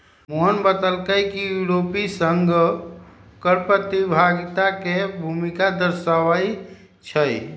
मोहन बतलकई कि यूरोपीय संघो कर प्रतियोगिता के भूमिका दर्शावाई छई